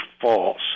false